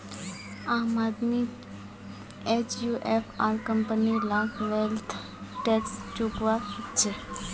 आम आदमी एचयूएफ आर कंपनी लाक वैल्थ टैक्स चुकौव्वा हछेक